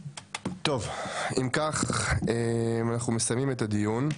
אם כך אנחנו מסיימים את הדיון.